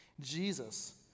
Jesus